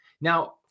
Now